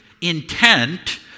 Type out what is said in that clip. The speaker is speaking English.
intent